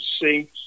see